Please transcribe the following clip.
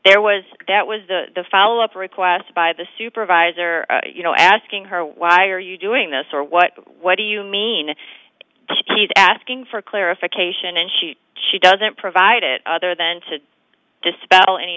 there was that was the follow up request by the supervisor you know asking her why are you doing this or what what do you mean keep asking for clarification and she she doesn't provide it other than to dispel any